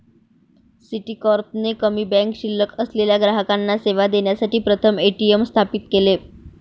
Citicorp ने कमी bank शिल्लक असलेल्या ग्राहकांना सेवा देण्यासाठी प्रथम ए.टी.एम स्थापित केले